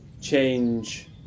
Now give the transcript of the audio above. change